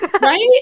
Right